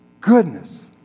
goodness